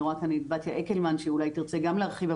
אני רואה כאן את בתיה הקלמן שאולי תרצה גם להרחיב.